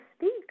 speak